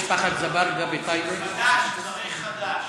צריך חדש.